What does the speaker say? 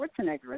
Schwarzenegger